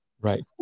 Right